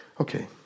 Okay